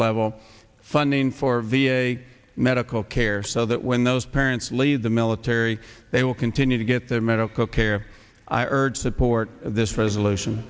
level funding for v a medical care so that when those parents leave the military they will continue to get their medical care i urge support this resolution